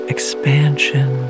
Expansion